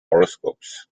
horoscopes